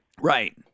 Right